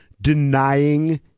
denying